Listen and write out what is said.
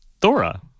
Thora